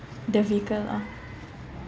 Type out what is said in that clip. the vehicle